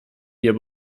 wir